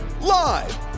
Live